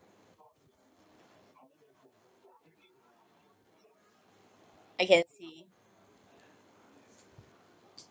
I can see